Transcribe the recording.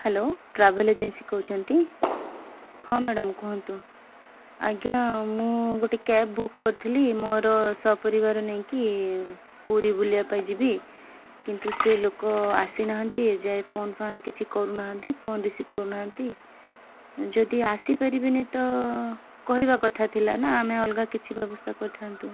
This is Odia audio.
ହ୍ୟାଲୋ ଟ୍ରାଭେଲ୍ ଏଜେନ୍ସି କହୁଛନ୍ତି ହଁ ମ୍ୟାଡ଼ାମ୍ କୁହନ୍ତୁ ଆଜ୍ଞା ମୁଁ ଗୋଟେ କ୍ୟାବ୍ ବୁକ୍ କରିଥିଲି ମୋର ସପରିବାର ନେଇକି ପୁରୀ ବୁଲିବା ପାଇଁ ଯିବି କିନ୍ତୁ ସେ ଲୋକ ଆସିନାହାନ୍ତି ଏଯାଏ ଫୋନ୍ ଫାନ୍ କିଛି କରୁନାହାନ୍ତି ଫୋନ୍ ରିସିଭ୍ କରୁନାହାନ୍ତି ଯଦି ଆସି ପାରିବେନି ତ କହିବା କଥା ଥିଲା ନା ଆମେ ଅଲଗା କିଛି ବ୍ୟବସ୍ଥା କରିଥାନ୍ତୁ